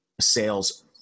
sales